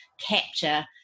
capture